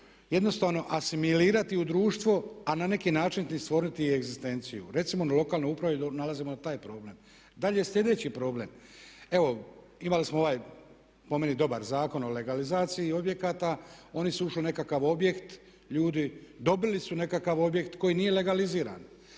jednostavno asimilirati u društvo, a na neki način stvoriti i egzistenciju. Recimo na lokalnoj upravi nalazimo na taj problem. Dalje, sljedeći problem. Evo imali smo ovaj po meni dobar Zakon o legalizaciji objekata. Oni su ušli u nekakav objekt, dobili su nekakav objekt koji nije legaliziran.